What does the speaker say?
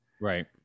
Right